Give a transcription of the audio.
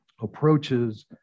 approaches